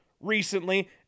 recently